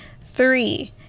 Three